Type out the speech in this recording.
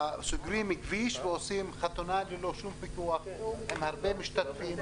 סוגרים כביש ועושים חתונה ללא שום פיקוח עם הרבה משתתפים,